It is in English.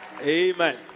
Amen